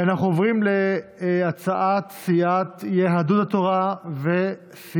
אנחנו עוברים להצעת סיעת יהדות התורה וסיעת